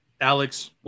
Alex